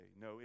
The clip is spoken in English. No